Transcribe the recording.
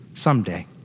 Someday